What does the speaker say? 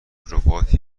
ربات